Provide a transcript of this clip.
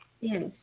Yes